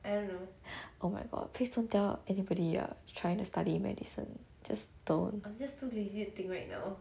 oh my god please don't tell anybody you're trying to study medicine please just don't